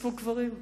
נחשפו קברים.